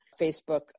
Facebook